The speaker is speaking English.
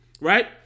right